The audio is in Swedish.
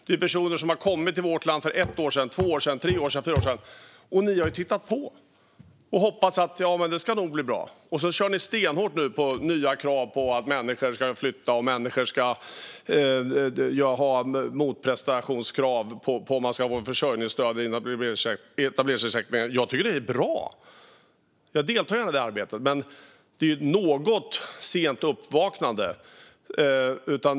Det är personer som har kommit till vårt land för ett, två, tre eller fyra år sedan - och ni har tittat på och hoppats på att det nog ska bli bra. Sedan kör ni stenhårt på att det ska vara nya krav på människor att flytta eller göra en motprestation för att få försörjningsstöd eller etableringsersättning. Jag tycker att det är bra, och jag deltar gärna i det arbetet. Men det här är ett något sent uppvaknande.